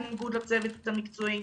בניגוד לצוות המקצועי.